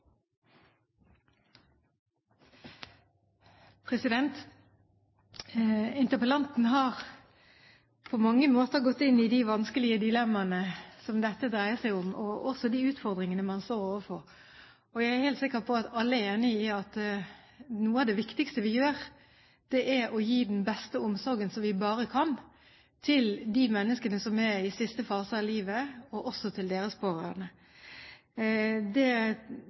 framover. Interpellanten har på mange måter gått inn i de vanskelige dilemmaene som dette dreier seg om, også de utfordringene man står overfor. Jeg er helt sikker på at alle er enig i at noe av det viktigste vi gjør, er å gi den beste omsorgen som vi bare kan, til de menneskene som er i siste fase av livet, og også til deres pårørende. Det